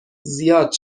زیاد